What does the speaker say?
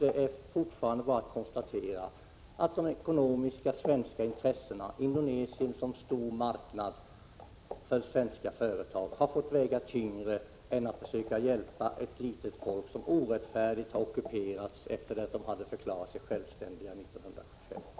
Fortfarande är det bara att konstatera att de svenska ekonomiska intressena av Indonesien som stor marknad för svenska företag har fått väga tyngre än att försöka hjälpa ett litet folk som orättfärdigt har ockuperats efter att ha förklarat sig självständigt 1975.